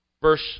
verse